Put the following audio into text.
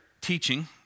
teaching